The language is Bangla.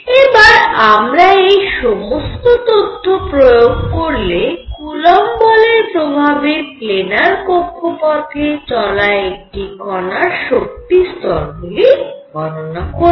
এবার আমরা এই সমস্ত তথ্য প্রয়োগ করে কুলম্ব বলের প্রভাবে প্ল্যানার কক্ষপথে চলা একটি কণার শক্তি স্তর গুলি গণনা করব